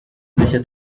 dushya